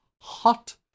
hot